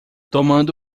tomando